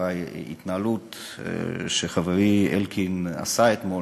וההתנהלות של חברי אלקין אתמול,